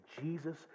Jesus